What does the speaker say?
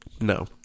No